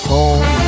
Home